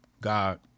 God